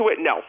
No